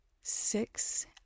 six